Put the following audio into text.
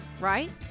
right